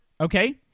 Okay